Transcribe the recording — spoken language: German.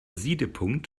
siedepunkt